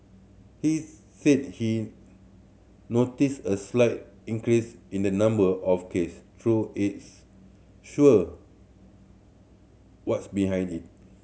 he said he noticed a slight increase in the number of case though is sure what's behind it